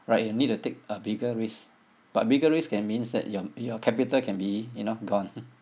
right you need to take a bigger risk but bigger risk can means that your your capital can be you know gone